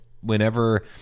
whenever